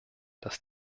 dass